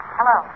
Hello